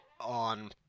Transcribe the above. on